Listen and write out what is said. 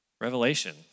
Revelation